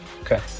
Okay